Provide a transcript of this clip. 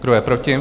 Kdo je proti?